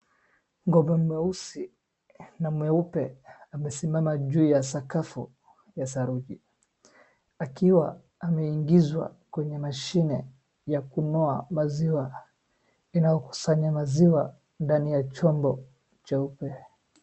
Ng'ombe mweusi na mweupe amesimama juu ya sakafu ya saruji akiwa ameingizwa kwenye mashine ya kunoa maziwa inayokusanya maziwa ndani ya chombo cheupe.